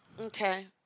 Okay